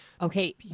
Okay